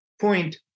point